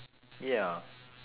ya